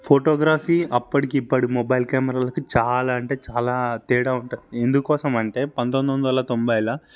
photography అప్పటికి ఇప్పటికి mobile కెమెరాలకి చాలా అంటే చాలా తేడా ఉంటుంది ఎందుకోసం అంటే పంతొమ్మిది వందల తొంభైల